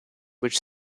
which